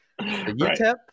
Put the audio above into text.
UTEP